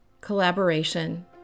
collaboration